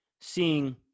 seeing –